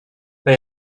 they